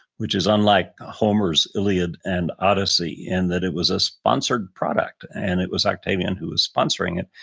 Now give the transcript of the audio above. which is unlike homer's iliad and odyssey in that it was a sponsored product and it was octavian who is sponsoring it.